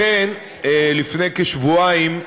לכן, לפני כשבועיים,